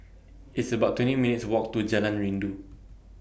It's about twenty minutes' Walk to Jalan Rindu